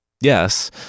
yes